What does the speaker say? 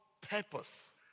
purpose